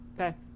Okay